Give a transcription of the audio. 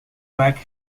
track